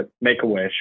Make-A-Wish